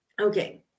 okay